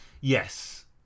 Yes